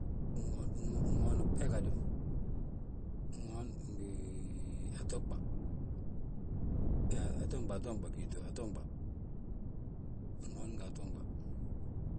Ŋo-noon he gadu, Ŋoon ngii atoɓa atonɓa, atonɓa atonɓa, ŋoon nga atonɓa.